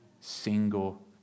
single